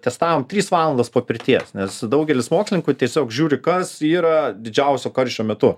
testavom trys valandos po pirties nes daugelis mokslininkų tiesiog žiūri kas yra didžiausio karščio metu